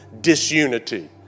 disunity